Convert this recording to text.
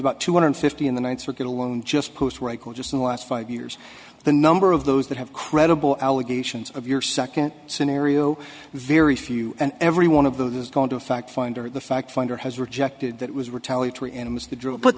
about two hundred fifty in the ninth circuit alone just post what i call just in the last five years the number of those that have credible allegations of your second scenario very few and every one of those has gone to a fact finder the fact finder has rejected that was